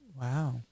Wow